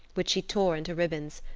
which she tore into ribbons,